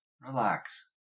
Relax